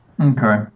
okay